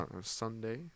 Sunday